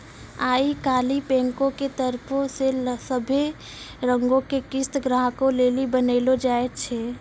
आई काल्हि बैंको के तरफो से सभै रंगो के किस्त ग्राहको लेली बनैलो जाय छै